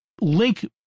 link